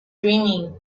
dreaming